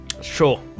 Sure